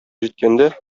җиткәндә